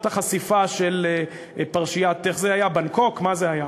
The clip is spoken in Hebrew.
החשיפה של פרשיית בנגקוק מה זה היה,